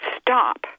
stop